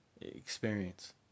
experience